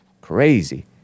Crazy